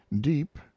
deep